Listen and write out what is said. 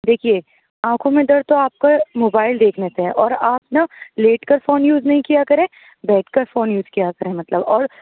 دیکھیے آنکھوں میں درد تو آپ کو موبائل دیکھنے سے ہے اور آپ نہ لیٹ کر فون یوز نہیں کیا کریں بیٹھ کر فون یوز کیا کریں مطلب اور